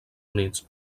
units